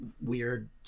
weird